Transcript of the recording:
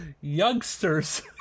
youngsters